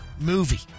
movie